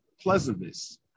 pleasantness